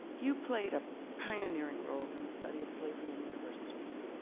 you played a pioneering role in the study of slavery and universities